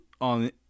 on